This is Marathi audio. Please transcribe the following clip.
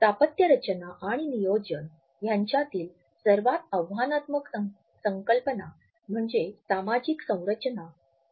स्थापत्यरचना आणि नियोजन ह्यांच्यातील सर्वात आव्हानात्मक संकल्पना म्हणजे सामाजिक संरचना